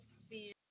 sphere